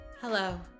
hello